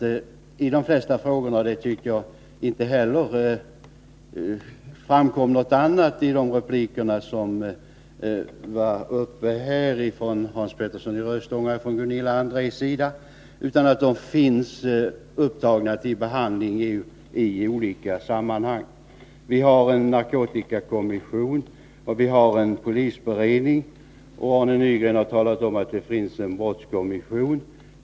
De flesta frågor som berörts här är föremål för behandling i olika sammanhang. Något annat framkom inte heller i replikerna av Hans Petersson i Röstånga och av Gunilla André. Vi har en narkotikakommission och en polisberedning, och Arne Nygren har talat om att det finns en brottskommission.